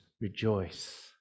rejoice